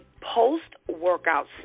post-workout